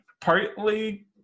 partly